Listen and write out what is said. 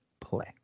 play